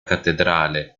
cattedrale